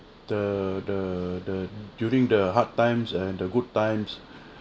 the the the during the hard times and the good times